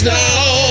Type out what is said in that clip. now